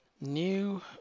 New